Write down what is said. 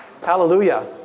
Hallelujah